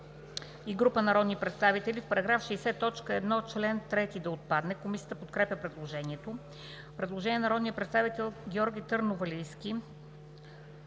и група народни представители –§ 60, т. 1, чл. 3 да отпадне. Комисията подкрепя предложението. Има предложение на народния представител Георги Търновалийски.